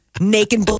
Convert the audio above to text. Naked